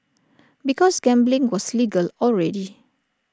because gambling was legal already